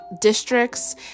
districts